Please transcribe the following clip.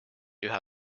üha